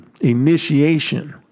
initiation